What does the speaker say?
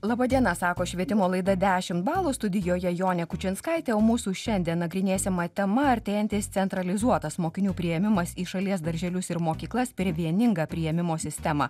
laba diena sako švietimo laida dešim balų studijoje jonė kučinskaitė o mūsų šiandien nagrinėsiama tema artėjantis centralizuotas mokinių priėmimas į šalies darželius ir mokyklas per vieningą priėmimo sistemą